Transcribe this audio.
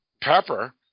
pepper